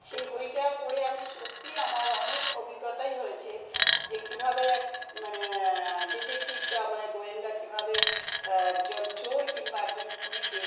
সেই বইটা পড়ে আমি সত্যিই আমার অনেক অভিজ্ঞতাই হয়েছে যে কীভাবে এক মানে ডিটেক্টিভরা মানে গোয়েন্দা কীভাবে একজন চোর কিংবা একজন খুনিকে